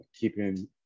keeping